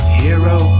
hero